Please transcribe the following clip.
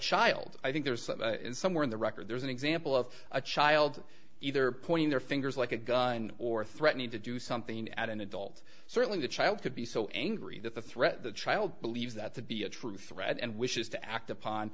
child i think there's somewhere in the record there's an example of a child either pointing their fingers like a gun or threatening to do something at an adult certainly the child could be so angry that the threat the child believes that to be a true threat and wishes to act upon